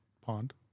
pond